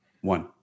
one